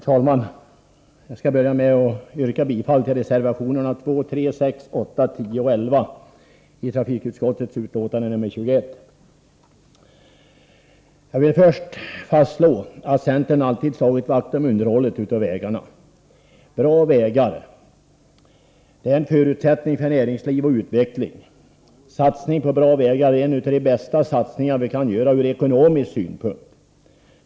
Herr talman! Jag börjar med att yrka bifall till reservationerna 2,3, 6, 8, 10 och 11 i trafikutskottets betänkande nr 21. Först och främst vill jag slå fast att centern alltid slagit vakt om underhållet av vägarna. Bra vägar är en förutsättning för näringsliv och utveckling. En satsning på bra vägar är en av de bästa satsningar vi kan göra ur ekonomisk synpunkt.